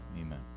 amen